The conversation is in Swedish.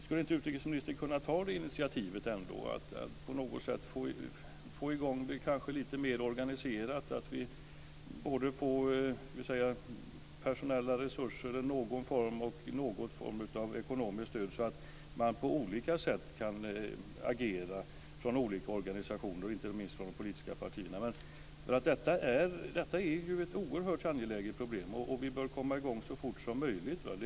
Skulle inte utrikesministern kunna ta ett initiativ för att på något sätt få i gång detta lite mer organiserat, så att vi både får personella resurser i någon form och någon form av ekonomiskt stöd, så att man på olika sätt kan agera från olika organisationer, och inte minst från de politiska partierna? Detta är ju ett oerhört angeläget problem, och vi bör komma i gång så fort som möjligt.